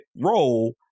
role